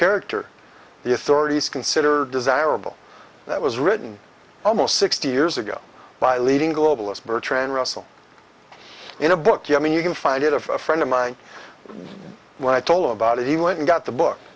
character the authorities consider desirable that was written almost sixty years ago by leading global as bertrand russell in a book you mean you can find it of a friend of mine when i told about it he went and got the book